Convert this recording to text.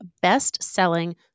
best-selling